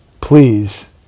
please